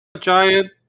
giant